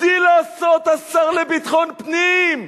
הגדיל לעשות השר לביטחון פנים,